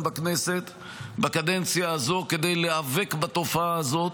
בכנסת בקדנציה הזו כדי להיאבק בתופעה הזאת.